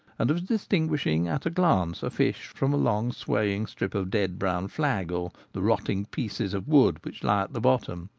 and of distinguishing at a glance a fish from a long swaying strip of dead brown flag, or the rotting pieces of wood which lie at the bottom.